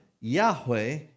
Yahweh